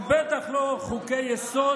ובטח לא חוקי-יסוד,